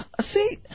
See